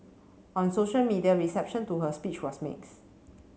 on social media reception to her speech was mixed